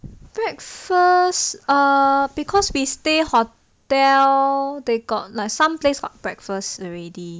breakfast err because we stay hotel they got like some place for breakfast already